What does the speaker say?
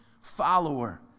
follower